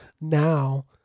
now